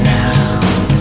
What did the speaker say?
now